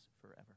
forever